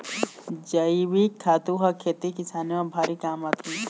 जइविक खातू ह खेती किसानी म भारी काम आथे